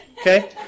okay